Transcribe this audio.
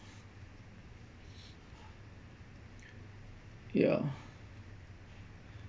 ya